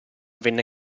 venne